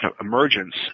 emergence